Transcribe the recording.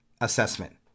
assessment